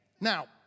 Now